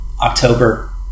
October